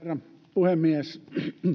puhemies